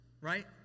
right